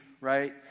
right